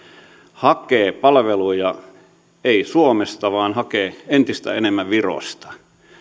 hakee palveluja ei suomesta vaan entistä enemmän virosta